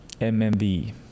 MMV